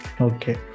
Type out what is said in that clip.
Okay